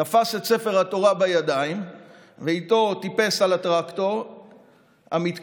תפס את ספר התורה בידיים ואיתו טיפס על הטרקטור המתקדם,